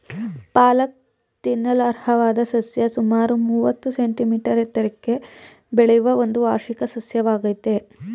ಪಾಲಕ್ ತಿನ್ನಲರ್ಹವಾದ ಸಸ್ಯ ಸುಮಾರು ಮೂವತ್ತು ಸೆಂಟಿಮೀಟರ್ ಎತ್ತರಕ್ಕೆ ಬೆಳೆಯುವ ಒಂದು ವಾರ್ಷಿಕ ಸಸ್ಯವಾಗಯ್ತೆ